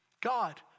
God